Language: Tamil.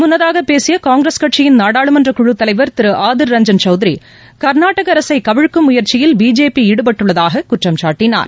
முன்னதாகபேசியகாங்கிரஸ் கட்சியின் நாடாளுமன்றக் குழுத் தலைவர் திருஆதிர் ரஞ்சன் சௌத்ரி கர்நாடகஅரசைகவிழ்க்கும் முயற்சியில் பிஜேபிஈடுபட்டுள்ளதாகக் குற்றம் சாட்டினார்